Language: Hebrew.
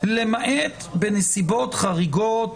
למעט בנסיבות חריגות,